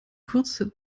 kurz